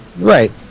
Right